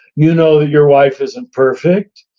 you know that your wife isn't perfect,